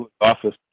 office